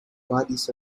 bodies